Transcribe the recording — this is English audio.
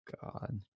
God